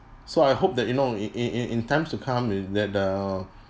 so I hope that you know in in in in times to come is that err